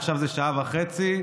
עכשיו זה שעה וחצי.